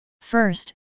First